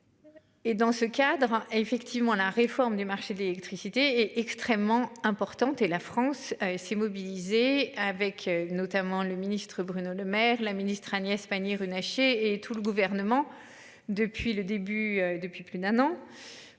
Et dans ce cadre effectivement la réforme du marché de l'électricité est extrêmement importante et la France s'est mobilisée avec notamment le ministre Bruno Le Maire, la ministre Agnès Pannier-Runacher et tout le gouvernement depuis le début,